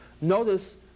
notice